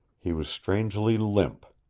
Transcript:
he was strangely limp.